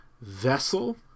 vessel